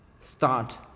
Start